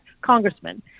congressman